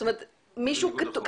זאת אומרת זה תיקון,